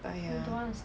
but ya